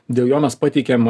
dėl jo mes pateikėm